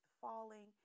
falling